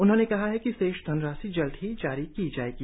उन्होंने कहा है कि शेष धनराशि जल्द जारी कर दी जाएगी